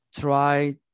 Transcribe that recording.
try